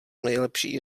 nejlepší